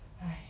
!haiya!